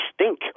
stink